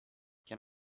can